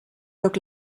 look